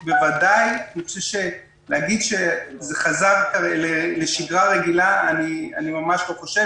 להגיד שזה חזר לשגרה רגילה אני ממש לא חושב.